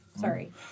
Sorry